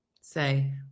Say